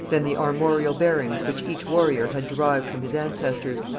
than the armorial bearings which each warrior had derived from his ancestors,